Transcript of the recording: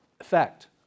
effect